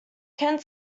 kent